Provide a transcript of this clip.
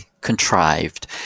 contrived